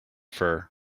fur